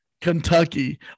Kentucky